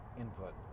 input